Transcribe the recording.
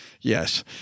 Yes